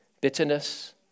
bitterness